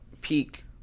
Peak